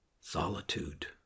solitude